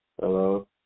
Hello